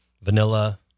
vanilla